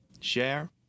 Share